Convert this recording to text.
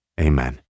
Amen